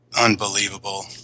Unbelievable